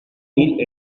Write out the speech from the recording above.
hil